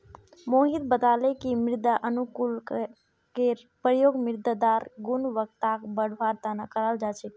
मोहित बताले कि मृदा अनुकूलककेर प्रयोग मृदारेर गुणवत्ताक बढ़वार तना कराल जा छेक